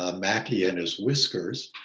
ah mackie and his whiskers